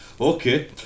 Okay